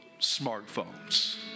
Smartphones